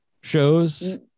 shows